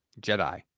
Jedi